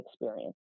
experience